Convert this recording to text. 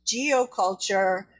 geoculture